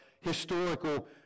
historical